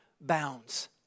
bounds